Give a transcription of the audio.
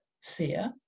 fear